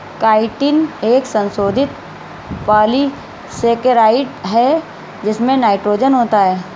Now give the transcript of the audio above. chitin एक संशोधित polysaccharide है जिसमें नाइट्रोजन होता है